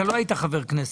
אתה לא היית חבר כנסת.